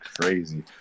crazy